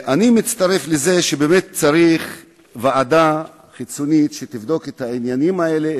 אני מצטרף לזה שוועדה חיצונית צריכה לבדוק את העניינים האלה,